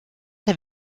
have